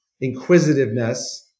inquisitiveness